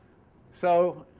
so,